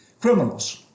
criminals